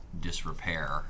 Disrepair